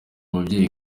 mubyeyi